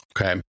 Okay